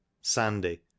sandy